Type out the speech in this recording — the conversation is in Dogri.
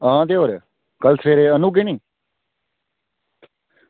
आं ते होर कल्ल सबेरै आह्नी ओड़गा नी